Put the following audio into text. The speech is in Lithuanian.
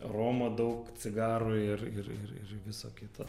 romo daug cigarų ir ir ir ir viso kito